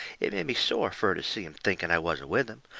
it made me sore fur to see him thinking i wasn't with him.